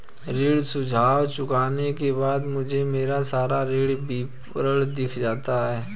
ऋण सुझाव चुनने के बाद मुझे मेरा सारा ऋण विवरण दिख जाता है